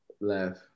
left